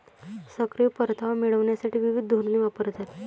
सक्रिय परतावा मिळविण्यासाठी विविध धोरणे वापरतात